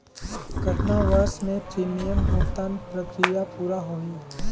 कतना वर्ष मे प्रीमियम भुगतान प्रक्रिया पूरा होही?